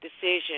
decision